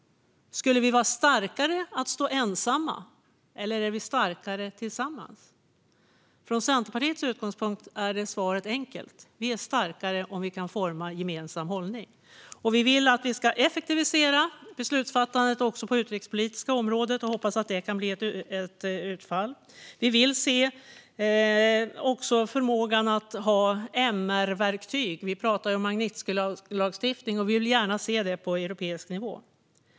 Skulle vi vara starkare ensamma, eller är vi starkare tillsammans? Från Centerpartiets utgångspunkt är svaret enkelt: Vi är starkare om vi kan forma en gemensam hållning. Vi vill att beslutsfattandet ska effektiviseras också på utrikespolitikens område, och vi hoppas att utfallet blir detta. Vi vill också se förmågan att ha MR-verktyg. Vi pratar om en Magnitskijlagstiftning och vill gärna se detta på europeisk nivå.